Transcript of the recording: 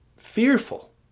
fearful